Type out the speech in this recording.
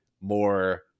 more